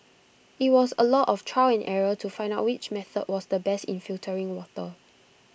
IT was A lot of trial and error to find out which method was the best in filtering water